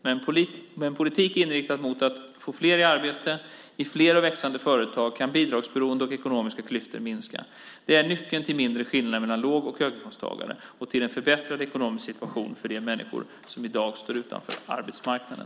Med en politik inriktad mot att få fler i arbete i fler och växande företag kan bidragsberoende och ekonomiska klyftor minska. Det är nyckeln till mindre skillnader mellan låg och höginkomsttagare och till en förbättrad ekonomisk situation för de människor som i dag står utanför arbetsmarknaden.